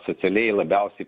socialiai labiausiai